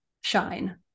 shine